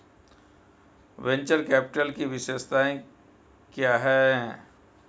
Venture capital की विशेषताएं क्या हैं?